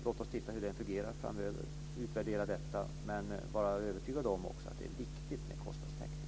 Låt oss titta på och utvärdera hur den metoden fungerar framöver. Jag är övertygad om att det är viktigt med kostnadstäckningen för den fria forskningen.